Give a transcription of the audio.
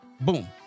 Boom